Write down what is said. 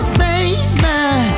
baby